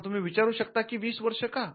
आता तुम्ही विचारू शकता वीस वर्ष क